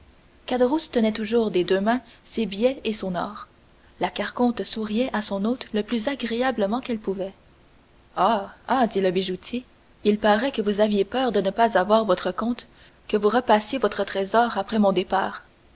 tenait toujours des deux mains ses billets et son or la carconte souriait à son hôte le plus agréablement qu'elle pouvait ah ah dit le bijoutier il paraît que vous aviez peur de ne pas avoir votre compte que vous repassiez votre trésor après mon départ